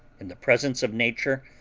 in the presence of nature,